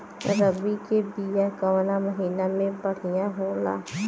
रबी के बिया कवना महीना मे बढ़ियां होला?